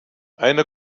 eine